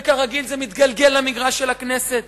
וכרגיל זה מתגלגל למגרש של הכנסת.